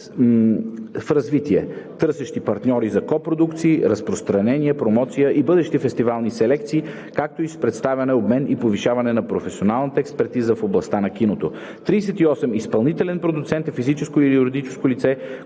в развитие, търсещи партньори за копродукции, разпространение, промоция и бъдещи фестивални селекции, както и с представяне, обмен и повишаване на професионалната експертиза в областта на киното. 38. „Изпълнителен продуцент“ е физическо или юридическо лице,